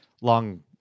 long